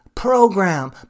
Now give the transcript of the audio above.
Program